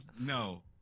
No